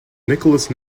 nicholas